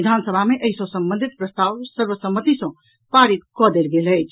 विधानसभा में एहि सॅ संबंधित प्रस्ताव सर्वसम्मति सॅ पारित कऽ देल गेल अछि